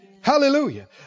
Hallelujah